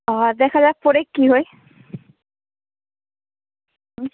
আর দেখা যাক পড়ে কী হয় হুম